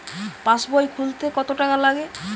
পাশবই খুলতে কতো টাকা লাগে?